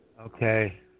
Okay